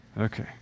Okay